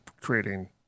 creating